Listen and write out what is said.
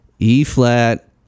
E-flat